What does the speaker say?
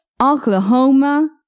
Oklahoma